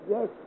Yes